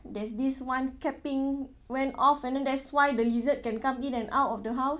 there's this [one] capping went off and then that's why the lizard can come in and out of the house